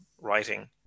writing